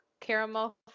caramel